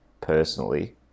personally